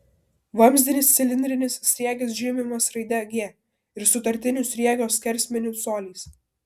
vamzdinis cilindrinis sriegis žymimas raide g ir sutartiniu sriegio skersmeniu coliais